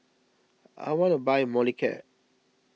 I want to buy Molicare